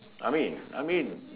I mean I mean